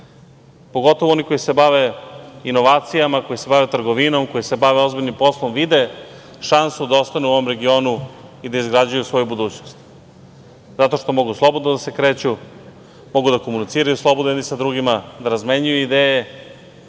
pogotovo oni koji se bave inovacijama, koji se bave trgovinom, koji se bave ozbiljnim poslom vide šansu da ostanu u ovom regionu i da izgrađuju svoju budućnost. Zato što mogu slobodno da se kreću, da mogu da komuniciraju, slobodno jedni sa drugima da razmenjuju ideje,